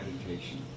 Meditation